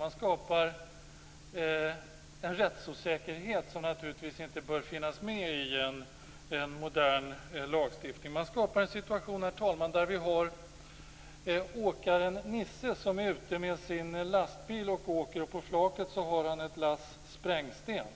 Man skapar en rättsosäkerhet som naturligtvis inte bör finnas med i en modern lagstiftning. Man skapar en situation där vi har åkaren Kalle som är ute och åker med sin lastbil. På flaket har han ett lass sprängsten.